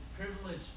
privilege